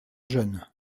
jeune